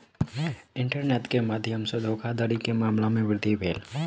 internet के माध्यम सॅ धोखाधड़ी के मामला में वृद्धि भेल